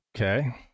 Okay